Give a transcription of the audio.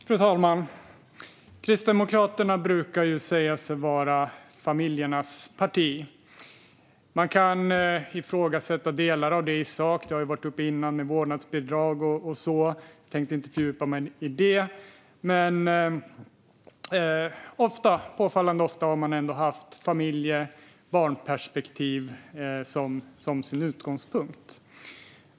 Fru talman! Kristdemokraterna brukar säga sig vara familjernas parti. Man kan ifrågasätta delar av det i sak. Vårdnadsbidrag och sådant har varit uppe tidigare. Jag tänker inte fördjupa mig i det. Men påfallande ofta har man ändå haft familje och barnperspektiv som sin utgångspunkt.